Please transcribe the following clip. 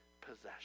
possession